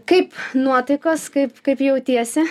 kaip nuotaikos kaip kaip jautiesi